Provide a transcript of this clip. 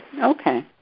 Okay